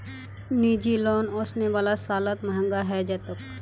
निजी लोन ओसने वाला सालत महंगा हैं जातोक